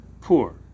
poor